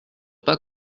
pas